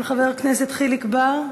של חבר הכנסת חיליק בר.